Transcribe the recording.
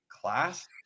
class